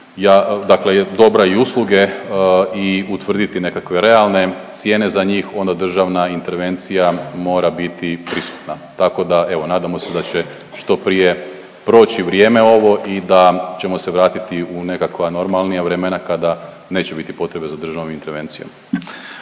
dakle dobra i usluge i utvrditi nekakve realne cijene za njih onda državna intervencija mora biti prisutna. Tako da evo nadamo se da će što prije proći vrijeme ovo i da ćemo se vratiti u nekakva normalnija vremena kada neće biti potrebe za državnom intervencijom.